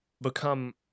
become